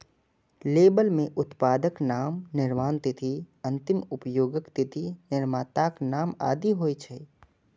label मे उत्पादक नाम, निर्माण तिथि, अंतिम उपयोगक तिथि, निर्माताक नाम आदि होइ छै